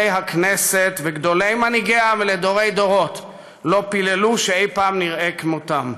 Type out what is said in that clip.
הכנסת וגדולי מנהיגיה לדורי-דורות לא פיללו שאי-פעם נראה כמותם.